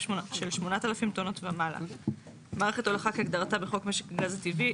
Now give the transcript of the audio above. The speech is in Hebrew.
של 8,000 טונות ומעלה מערכת הולכה כהגדרתה בחוק משק הגז הטבעי,